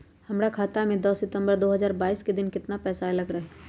हमरा खाता में दस सितंबर दो हजार बाईस के दिन केतना पैसा अयलक रहे?